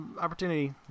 opportunity